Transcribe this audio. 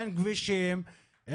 אין כבישים,